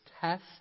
Test